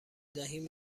دهیم